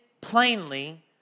plainly